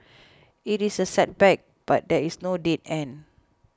it is a setback but there is no dead end